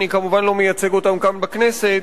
אני כמובן לא מייצג אותם כאן, בכנסת.